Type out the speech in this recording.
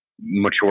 mature